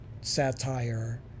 satire